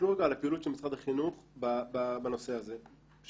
תסתכלו רגע על הפעילות של משרד החינוך בנושא הזה של